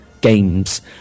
games